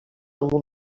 amb